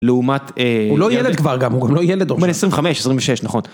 לעומת, הוא לא ילד כבר גם, הוא לא ילד עוד, הוא בן 25, 26 נכון.